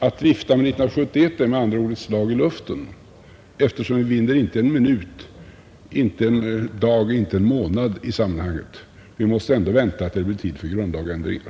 Att vifta med 1971 är med andra ord ett slag i luften, eftersom vi inte vinner en minut, inte en dag och inte en månad i sammanhanget. Vi måste ändå vänta tills det blir tid för grundlagsändringar.